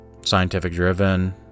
scientific-driven